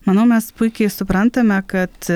manau mes puikiai suprantame kad